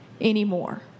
anymore